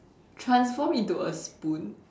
transform into a spoon